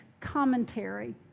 commentary